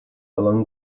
along